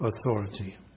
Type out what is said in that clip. authority